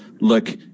look